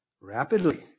Rapidly